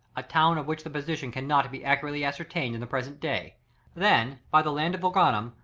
a town of which the position cannot be accurately ascertained in the present day then by the land of organum,